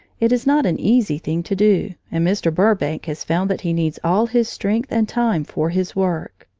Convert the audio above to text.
it is not an easy thing to do, and mr. burbank has found that he needs all his strength and time for his work.